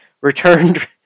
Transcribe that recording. returned